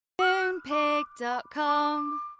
Moonpig.com